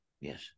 Yes